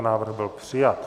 Návrh byl přijat.